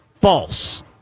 false